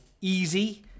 easy